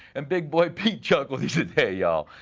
and big boy pete chuckled, hey, y'all.